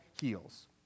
heals